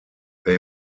they